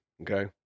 okay